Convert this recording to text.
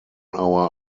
hour